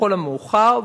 לכל המאוחר.